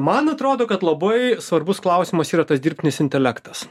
man atrodo kad labai svarbus klausimas yra tas dirbtinis intelektas